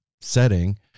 setting